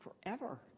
forever